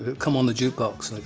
come on the jukebox, like